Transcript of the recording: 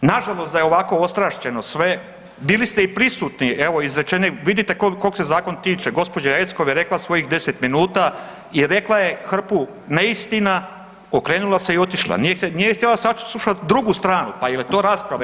Nažalost da je ovako ostrašćeno sve, bili ste i prisutni, evo izrečene, vidite kog se zakon tiče, gđa. Jeckov je rekla svojih 10 minuta, i rekla je hrpu neistina, okrenula se i otišla, nije htjela saslušat drugu stranu, pa jel je to rasprava?